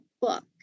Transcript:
book